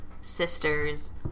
sister's